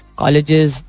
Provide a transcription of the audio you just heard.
colleges